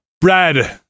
Brad